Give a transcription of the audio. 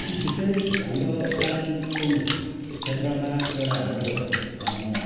विशेष हाम्रो कालिम्पोङ क्षेत्रमा एउटा हाम्रो